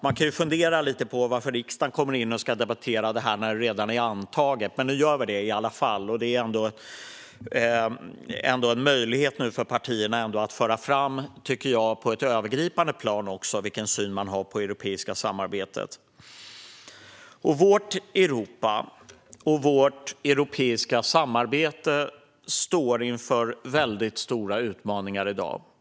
Man kan fundera lite på varför riksdagen ska komma in och debattera det här när det redan är antaget, men nu gör vi det i alla fall. Det är ändå en möjlighet för partierna att på ett övergripande plan föra fram vilken syn man har på det europeiska samarbetet. Vårt Europa och vårt europeiska samarbete står inför stora utmaningar i dag.